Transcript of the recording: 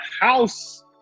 house